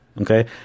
Okay